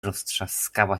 rozstrzaskała